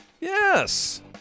Yes